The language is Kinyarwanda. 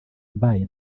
mbaye